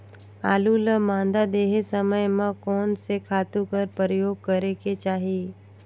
आलू ल मादा देहे समय म कोन से खातु कर प्रयोग करेके चाही?